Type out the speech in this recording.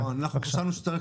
סליחה, טעיתי.